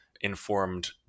informed